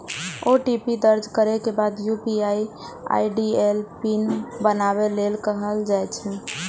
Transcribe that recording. OTP दर्ज करै के बाद यू.पी.आई आई.डी लेल पिन बनाबै लेल कहल जाइ छै